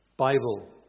Bible